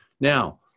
Now